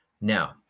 Now